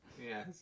Yes